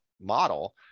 model